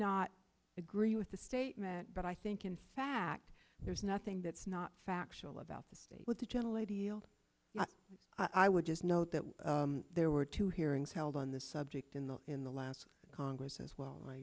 not agree with the statement but i think in fact there's nothing that's not factual about the state with the general ideals i would just note that there were two hearings held on this subject in the in the last congress as well